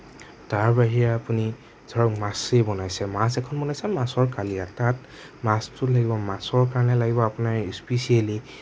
তাৰ বাহিৰে আপুনি ধৰক মাছেই বনাইছে মাছ এখন বনাইছে মাছৰ কালীয়া তাত মাছতো লাগিব মাছৰ কাৰণে লাগিব আপোনাৰ ইস্পিচিয়েলি